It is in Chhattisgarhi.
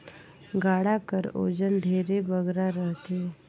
गाड़ा कर ओजन ढेरे बगरा रहथे